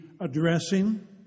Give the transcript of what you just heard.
addressing